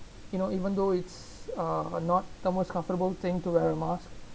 you know even though it's uh not the most comfortable thing to wear a mask